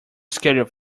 scheduled